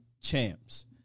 champs